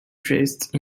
dressed